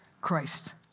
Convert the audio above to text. Christ